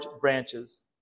branches